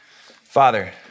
Father